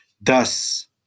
Thus